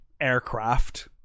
aircraft